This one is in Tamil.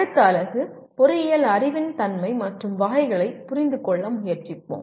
அடுத்த அலகு பொறியியல் அறிவின் தன்மை மற்றும் வகைகளைப் புரிந்துகொள்ள முயற்சிப்போம்